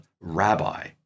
rabbi